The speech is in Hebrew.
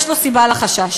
יש לו סיבה לחשש.